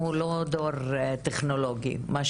לא תמיד נותנים לנו עזרה כזו.